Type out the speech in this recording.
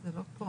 --- זה לא פה.